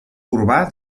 urbà